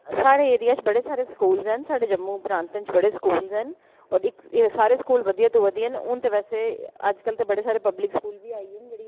साढ़े एरिया च बड़े सारे स्कूल न साढ़े जम्मू प्रांते च बड़े स्कूल न और इक सारे स्कूल बधिया तूं बधिया न हून ते वैसे अज्ज कल ते बड़े सारे पब्लिक स्कूल बी आई ए न जेह्ड़ी